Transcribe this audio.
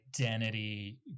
identity